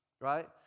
right